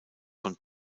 von